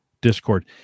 discord